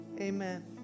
Amen